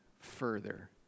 further